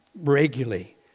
regularly